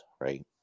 right